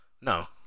No